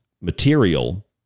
material